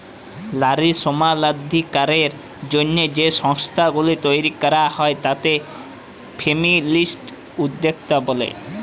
লারী সমালাধিকারের জ্যনহে যে সংস্থাগুলি তৈরি ক্যরা হ্যয় তাতে ফেমিলিস্ট উদ্যক্তা ব্যলে